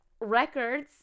Records